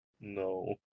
No